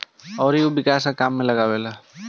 अउरी उ विकास के काम में लगावेले